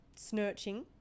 snurching